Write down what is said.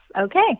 Okay